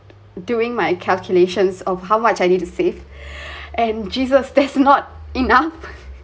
doing my calculations of how much I need to safe and geeze that's not enough